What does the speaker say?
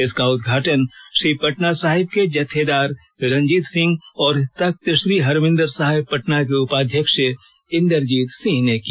इसका उद्घाटन श्री पटना साहिब के जत्थेदार रंजीत सिंह और तख्त श्री हरमिंदर साहिब पटना के उपाध्यक्ष इंदरजीत सिंह ने किया